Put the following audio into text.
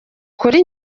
kuri